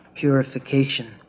Purification